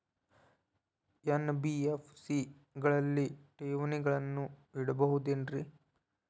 NBFC ಗಳಲ್ಲಿ ಠೇವಣಿಗಳನ್ನು ಇಡಬಹುದೇನ್ರಿ?